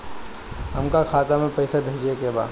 हमका खाता में पइसा भेजे के बा